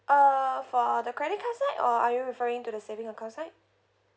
uh for the credit card side or are you referring to the saving account side